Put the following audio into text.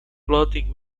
plotting